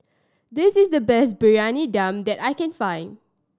this is the best Briyani Dum that I can find